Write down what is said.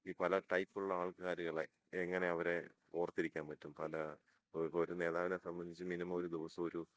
ഈ പല ടൈപ്പുള്ള ആൾക്കാരുകളെ എങ്ങനെ അവരെ ഓർത്തിരിക്കാൻ പറ്റും പല ഒരു നേതാവിനെ സംബന്ധിച്ചു മിനിമം ഒരു ദിവസം ഒരു